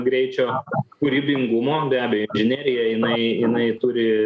greičio kūrybingumo be abejo inžinerija jinai jinai turi